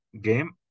game